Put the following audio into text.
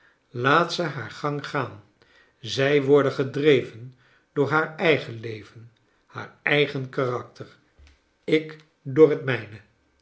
laat ze haar gang gaan zij worden gedreven door haar eigen leven haar eigen karakter ik door het mijne